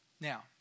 Now